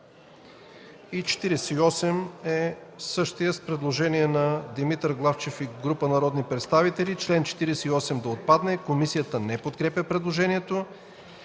42 има предложение на господин Главчев и група народни представители – чл. 42 да отпадне. Комисията не подкрепя предложението.